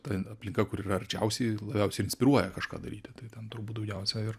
ta aplinka kur yra arčiausiai labiausiai inspiruoja kažką daryti tai ten turbūt daugiausia ir